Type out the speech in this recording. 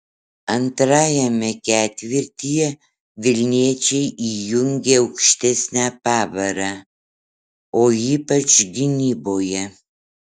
antrajame ketvirtyje vilniečiai įjungė aukštesnę pavarą o ypač gynyboje